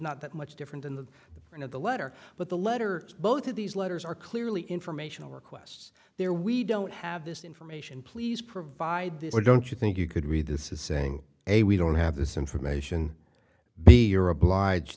not that much different in the end of the letter but the letter is both of these letters are clearly informational requests there we don't have this information please provide this or don't you think you could read this is saying hey we don't have this information be you're obliged